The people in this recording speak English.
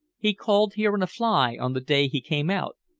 he called here in a fly on the day he came out,